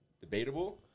Debatable